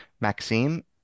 Maxime